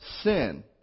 sin